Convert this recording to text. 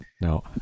no